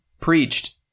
preached